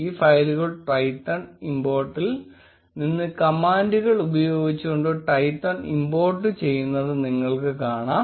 ഈ ഫയലുകൾ Twython import ഇൽ നിന്ന് കമാൻണ്ടുകൾ ഉപയോഗിച്ചുകൊണ്ട് Twython ഇമ്പോർട്ട് ചെയ്യുന്നത് നിങ്ങൾക്ക് കാണാം